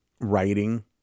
writing